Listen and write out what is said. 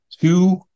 two